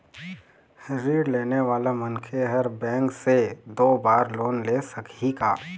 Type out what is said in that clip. ऋण लेने वाला मनखे हर बैंक से दो बार लोन ले सकही का?